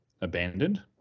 abandoned